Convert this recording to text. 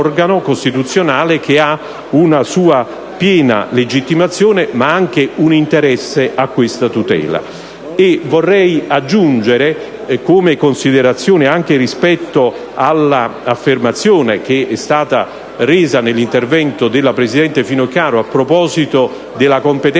Vorrei aggiungere, una considerazione anche rispetto all'affermazione resa nell'intervento della presidente Finocchiaro a proposito della competenza